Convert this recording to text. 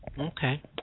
Okay